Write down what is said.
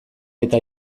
eta